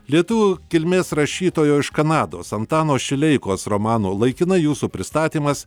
lietuvių kilmės rašytojo iš kanados antano šileikos romano laikinai jūsų pristatymas